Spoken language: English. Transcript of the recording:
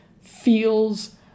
feels